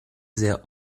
sehr